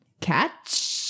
Catch